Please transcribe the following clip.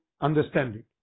understanding